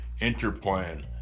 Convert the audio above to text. Interplan